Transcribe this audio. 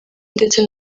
ndetse